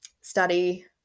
study